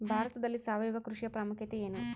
ಭಾರತದಲ್ಲಿ ಸಾವಯವ ಕೃಷಿಯ ಪ್ರಾಮುಖ್ಯತೆ ಎನು?